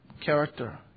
character